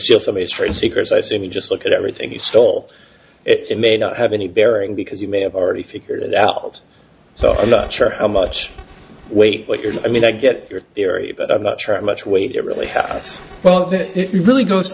steal somebody's train seekers i say me just look at everything he stole it may not have any bearing because you may have already figured it out so i'm not sure how much weight what you're i mean i get your theory but i'm not sure i much weight really well it really goes to